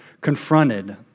confronted